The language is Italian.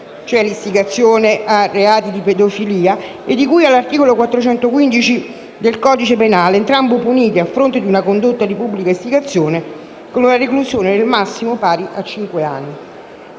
(istigazione a reati di pedofilia) e di cui all'articolo 415-*bis* del codice penale, entrambe punite, a fronte di una condotta di pubblica istigazione, con la reclusione nel massimo pari a cinque anni.